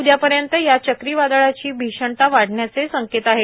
उद्यापर्यंत या चक्रीवादळाची भीषणता वाढण्याचे संकेत आहेत